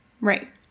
right